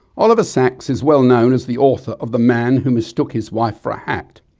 oliver sacks is well known as the author of the man who mistook his wife for a hat,